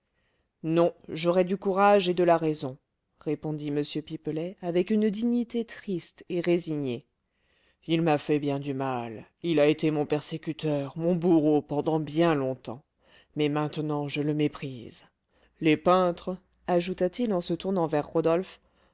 non j'aurai du courage et de la raison répondit m pipelet avec une dignité triste et résignée il m'a fait bien du mal il a été mon persécuteur mon bourreau pendant bien longtemps mais maintenant je le méprise les peintres ajouta-t-il en se tournant vers rodolphe